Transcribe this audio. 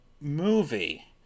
movie